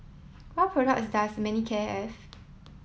what products does Manicare have